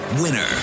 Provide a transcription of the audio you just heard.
Winner